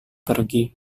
pergi